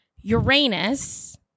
Uranus